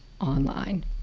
online